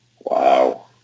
Wow